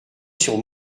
sur